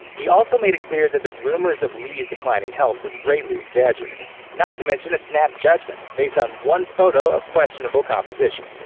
he also made it clear that the rumors of li's declining health were greatly exaggerated, not to mention a snap judgment, based on one photo of questionable composition.